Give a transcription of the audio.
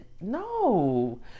no